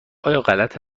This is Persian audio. غلط